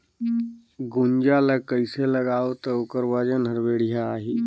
गुनजा ला कइसे लगाबो ता ओकर वजन हर बेडिया आही?